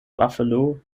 buffalo